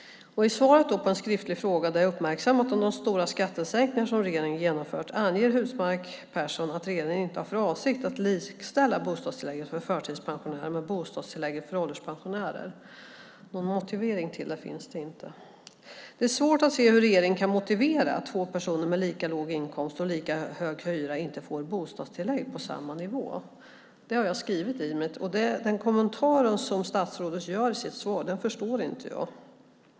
I svaret på en skriftlig fråga där jag uppmärksammat de stora skattesänkningar som regeringen genomfört anger Husmark Pehrsson att regeringen inte har för avsikt att likställa bostadstillägget för förtidspensionärerna med bostadstillägget för ålderspensionärer. Någon motivering till det finns det inte. Det är svårt att se hur regeringen kan motivera att två personer med lika låg inkomst och lika hög hyra inte får bostadstillägg på samma nivå. Det har jag skrivit, och den kommentar som statsrådet gör i sitt svar förstår inte jag.